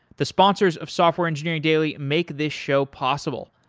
the sponsors of software engineering daily make this show possible,